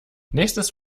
nächstes